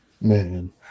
Man